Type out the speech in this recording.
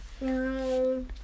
No